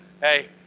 hey